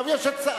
עכשיו יש הצעה,